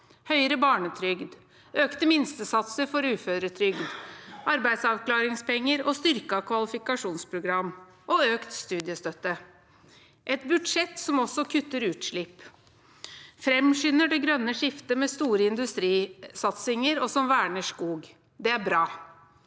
høyere barnetrygd, økte minstesatser for uføretrygd, arbeidsavklaringspenger, styrket kvalifikasjonsprogram og økt studiestøtte. Det er et budsjett som også kutter utslipp, framskynder det grønne skiftet med store industrisatsinger og verner skog. Det er bra.